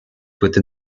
within